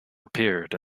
appeared